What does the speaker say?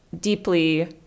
deeply